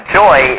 joy